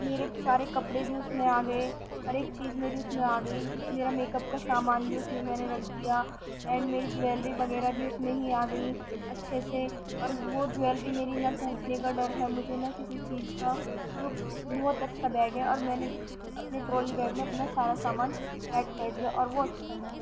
میرے سارے کپڑے بھی اُس میں آ گیے ہر ایک چیز میری اُس میں آ گئی میرا میک اپ کا سامان بھی اُس میں میں نے رکھ دیا اینڈ میری جیولری وغیرہ اُس میں ہی آ گئی اچھے سے اور وہ جیولری میری نہ ٹوٹنے کا ڈر ہے مجھے نہ کسی چیز کا وہ بہت اچھا بیگ ہے اور میں نے اپنے ٹرالی بیگ میں اپنا سارا سامان پیک کر دیا اور وہ اچھا ہے